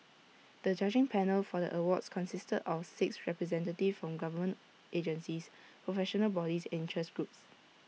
the judging panel for the awards consisted of six representatives from government agencies professional bodies and interest groups